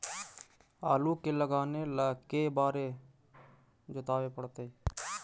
आलू के लगाने ल के बारे जोताबे पड़तै?